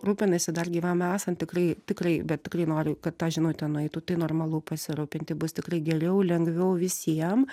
rūpinasi dar gyvam esant tikrai tikrai bet tikrai noriu kad ta žinutė nueitų tai normalu pasirūpinti bus tikrai geriau lengviau visiem